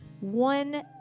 one